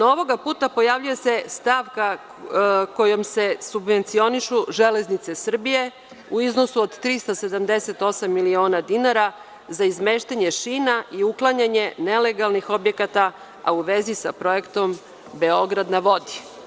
Ovog puta se pojavljuje stavka kojom se subvencionišu „Železnice Srbije“ u iznosu od 378 miliona dinara za izmeštanje šina i uklanjanje nelegalnih objekata, a u vezi sa projektom „Beograd na vodi“